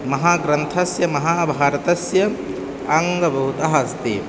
महाग्रन्थस्य महाभारतस्य अङ्गभूतः अस्ति